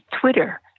Twitter